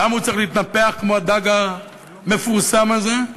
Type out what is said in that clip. למה הוא צריך להתנפח כמו הדג המפורסם הזה?